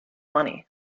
money